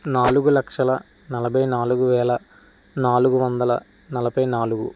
నాలుగు లక్షల నలభై నాలుగు వేల నాలుగు వందల నలభై నాలుగు